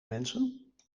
mensen